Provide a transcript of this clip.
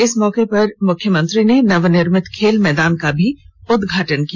इस मौके पर मुख्यमंत्री ने नवनिर्मित खेल मैदान का भी उदघाटन किया